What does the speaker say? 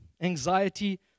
anxiety